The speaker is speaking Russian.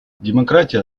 демократия